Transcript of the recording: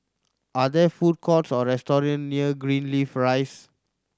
are there food courts or restaurant near Greenleaf Rise